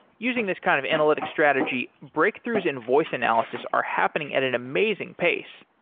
using this kind of analytic strategy, breakthroughs in voice analysis are happening at an amazing pace.